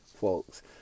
folks